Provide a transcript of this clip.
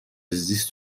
زیست